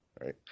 Right